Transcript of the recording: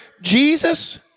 Jesus